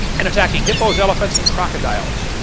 and attacking hippos, elephants and crocodiles.